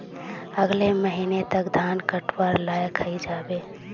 अगले महीने तक धान कटवार लायक हई जा बे